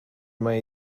mai